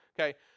Okay